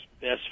best